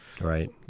right